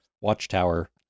watchtower